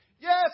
Yes